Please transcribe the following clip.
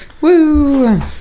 Woo